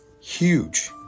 huge